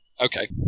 Okay